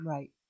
Right